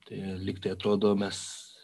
tai lyg tai atrodo mes